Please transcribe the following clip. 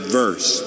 verse